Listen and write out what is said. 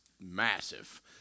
massive